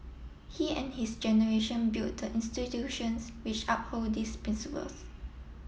he and his generation built the institutions which uphold these principles